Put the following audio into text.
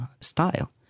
style